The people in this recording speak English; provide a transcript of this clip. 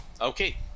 Okay